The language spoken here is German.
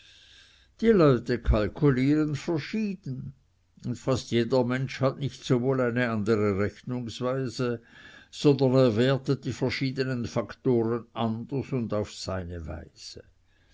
die leute kalkulieren verschieden und fast jeder mensch hat nicht sowohl eine andere rechnungsweise sondern er wertet die verschiedenen faktoren anders und auf seine weise